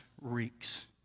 reeks